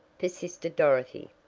persisted dorothy,